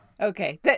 Okay